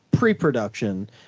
pre-production